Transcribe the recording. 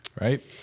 Right